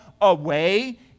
away